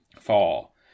fall